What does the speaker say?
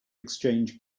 exchange